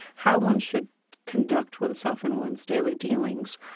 how one should conduct oneself in one's daily dealings.